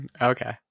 Okay